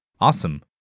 awesome